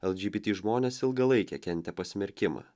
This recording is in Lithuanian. lgbt žmonės ilgą laiką kentė pasmerkimą